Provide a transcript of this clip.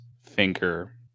finger